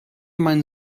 meinen